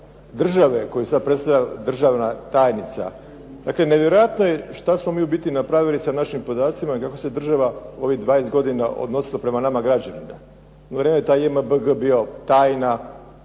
države koju sad predstavlja državna tajnica. Dakle, nevjerojatno je što smo mi ubiti napravili sa našim podacima i kako se država ovih 20 godina odnosila prema nama građanima. Jedno vrijeme je taj JMBG bio tajna.